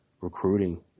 recruiting